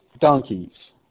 donkeys